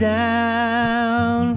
down